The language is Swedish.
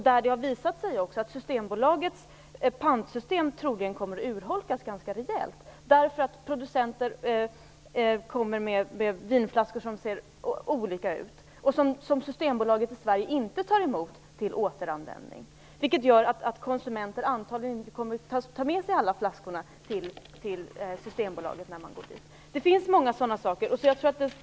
Det har visat sig att Systembolagets pantsystem troligen kommer att urholkas ganska rejält därför att producenter kommer med vinflaskor som ser olika ut och som Systembolaget i Sverige inte tar emot för återanvändning. Det gör att konsumenter antagligen inte kommer att ta med sig alla flaskor till Systembolaget när de går dit. Det finns många sådana problem.